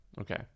Okay